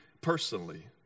personally